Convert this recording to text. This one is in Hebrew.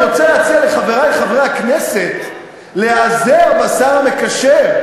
אני רוצה להציע לחברי חברי הכנסת להיעזר בשר המקשר,